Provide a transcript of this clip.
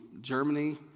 Germany